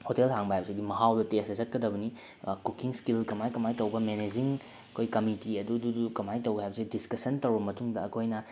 hotel ꯍꯥꯡꯕ ꯍꯥꯏꯕꯁꯤꯗꯤ ꯃꯍꯥꯎꯗ ꯇꯦꯁꯇ ꯆꯠꯀꯗꯕꯅꯤ ꯀꯨꯀꯤꯡ ꯁ꯭ꯀꯤꯜ ꯀꯃꯥꯏ ꯀꯃꯥꯏꯅ ꯇꯧꯕ ꯃꯦꯅꯦꯖꯤꯡ ꯑꯩꯈꯣꯏ ꯀꯃꯤꯇꯤ ꯑꯗꯨꯗꯨꯗꯨ ꯀꯃꯥꯏ ꯇꯧꯏ ꯍꯥꯏꯕꯁꯦ ꯗꯤꯁꯀꯁꯁꯟ ꯇꯧꯔꯕ ꯃꯇꯨꯡꯗ ꯑꯩꯈꯣꯏꯅ